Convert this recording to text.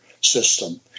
system